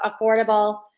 affordable